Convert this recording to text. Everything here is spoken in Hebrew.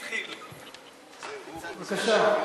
בבקשה.